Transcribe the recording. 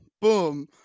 Boom